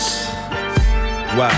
Wow